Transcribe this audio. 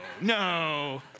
no